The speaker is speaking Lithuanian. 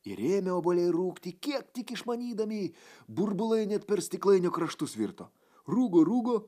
ir ėmė obuoliai rūgti kiek tik išmanydami burbulai net per stiklainio kraštus virto rūgo rūgo